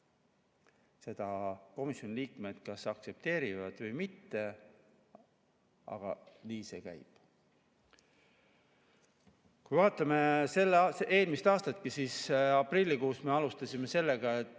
Seda komisjoni liikmed kas aktsepteerivad või mitte, aga nii see käib. Vaatame eelmist aastat. Aprillikuus me alustasime sellega, et